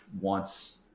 wants